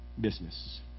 business